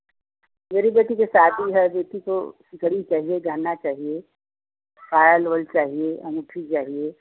मेरी बेटी की शादी है दीदी तो गरी चाहिए गहना चाहिए पायल उअल चाहिए अंगूठी चाहिए